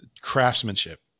craftsmanship